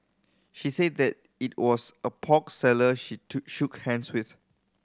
she said that it was a pork seller she shook hands with